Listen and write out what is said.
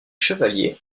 chevalier